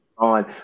on